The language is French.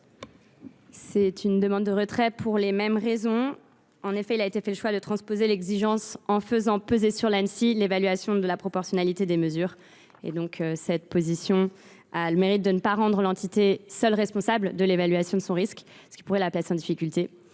en demande donc le retrait. Quel est l’avis du Gouvernement ? Le choix a été fait de transposer l’exigence en faisant peser sur l’Anssi l’évaluation de la proportionnalité des mesures. Cette position a le mérite de ne pas rendre l’entité seule responsable de l’évaluation de son risque, ce qui pourrait la placer en difficulté,